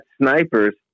snipers